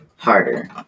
harder